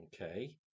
Okay